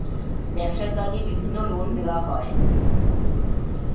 ব্যবসার কাজে বিভিন্ন লোন দেওয়া হয়